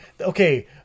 okay